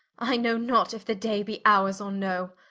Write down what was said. i know not if the day be ours or no,